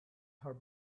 her